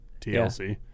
tlc